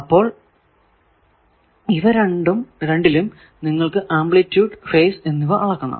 അപ്പോൾ ഇവ രണ്ടിലും നിങ്ങൾക്കു ആംപ്ലിറ്റൂഡ് ഫേസ് എന്നിവ അളക്കണം